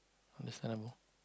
understand